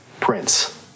Prince